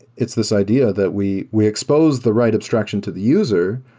it's this idea that we we expose the right abstraction to the user.